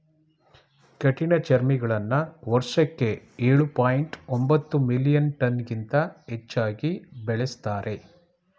ಕಠಿಣಚರ್ಮಿಗಳನ್ನ ವರ್ಷಕ್ಕೆ ಎಳು ಪಾಯಿಂಟ್ ಒಂಬತ್ತು ಮಿಲಿಯನ್ ಟನ್ಗಿಂತ ಹೆಚ್ಚಾಗಿ ಬೆಳೆಸ್ತಾರೆ